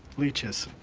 leeches!